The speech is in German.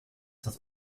das